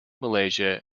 malaysia